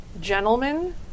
gentlemen